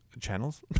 channels